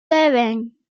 seven